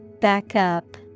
Backup